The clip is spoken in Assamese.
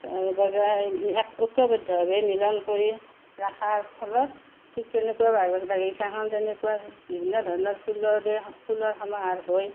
এক ঐক্যবদ্ধ ভাৱে মিলন কৰি ৰখাৰ ফলত ঠিক তেনেকুৱা বাগিচাখন যেনেকৈ বিভিন্ন ধৰণৰ ফুলৰে ফুলৰ সমাহাৰ হৈ